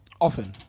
Often